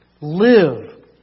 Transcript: Live